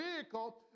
vehicle